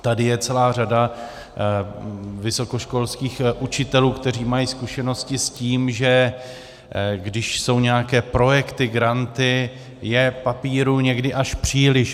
Tady je celá řada vysokoškolských učitelů, kteří mají zkušenosti s tím, že když jsou nějaké projekty, granty, je papírů někdy až příliš.